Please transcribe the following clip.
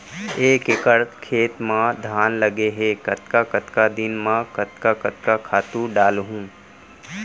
एक एकड़ खेत म धान लगे हे कतका कतका दिन म कतका कतका खातू डालहुँ?